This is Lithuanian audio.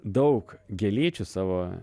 daug gėlyčių savo